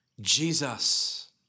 Jesus